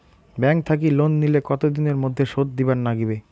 Bank থাকি loan নিলে কতো দিনের মধ্যে শোধ দিবার নাগিবে?